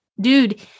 dude